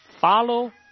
Follow